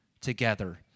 together